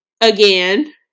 again